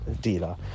dealer